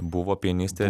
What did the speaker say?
buvo pianistė